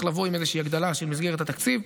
לבוא עם איזושהי הגדלה של מסגרת התקציב.